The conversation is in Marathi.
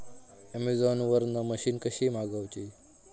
अमेझोन वरन मशीन कशी मागवची?